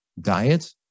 diet